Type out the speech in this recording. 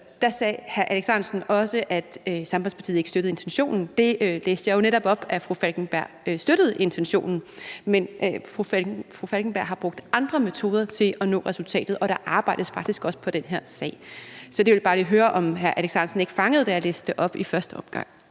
Der sagde hr. Alex Ahrendtsen også, at Sambandspartiet ikke støttede intentionen, men jeg læste jo netop op, at fru Anna Falkenberg støttede intentionen, men fru Anna Falkenberg har brugt andre metoder til at nå resultatet, og der arbejdes faktisk også på den her sag. Så jeg ville bare lige høre, om hr. Alex Ahrendtsen ikke fangede det, da jeg læste det op i første omgang.